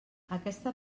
aquesta